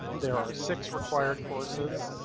there are six required courses.